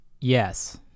Yes